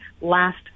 last